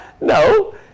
No